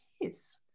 yes